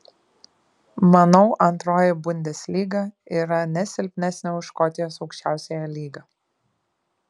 manau antroji bundeslyga yra ne silpnesnė už škotijos aukščiausiąją lygą